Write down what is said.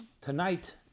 Tonight